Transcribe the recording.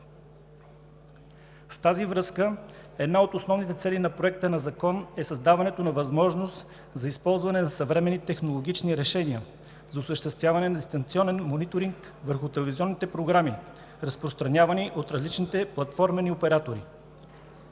В тази връзка една от основните цели на Проекта на закон е създаването на възможност за използване на съвременни технологични решения за осъществяване на дистанционен мониторинг върху телевизионните програми, разпространявани от различните платформени оператори.